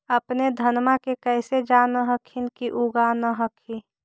अपने धनमा के कैसे जान हखिन की उगा न हखिन?